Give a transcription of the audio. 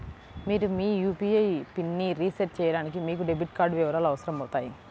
మీరు మీ యూ.పీ.ఐ పిన్ని రీసెట్ చేయడానికి మీకు డెబిట్ కార్డ్ వివరాలు అవసరమవుతాయి